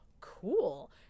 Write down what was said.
cool